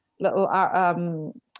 little